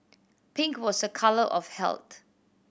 pink was a colour of health